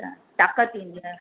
अछा ताकत ईंदी आहे